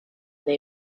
they